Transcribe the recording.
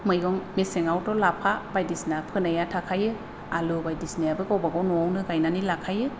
मैगं मेसेङावथ' लाफा बायदिसिना फोनाया थाखायो आलु बायदिसिनायाबो गावबा गाव न'आवनो गायनानै लाखायो